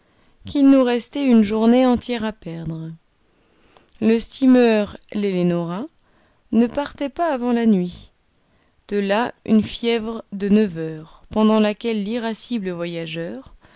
qu'il nous restait une journée entière à perdre le steamer l'ellenora ne partait pas avant la nuit de là une fièvre de neuf heures pendant laquelle l'irascible voyageur